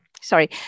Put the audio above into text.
sorry